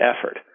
effort